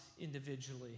individually